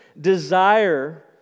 desire